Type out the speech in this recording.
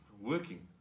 working